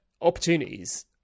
opportunities